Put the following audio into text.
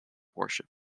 worship